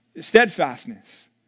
steadfastness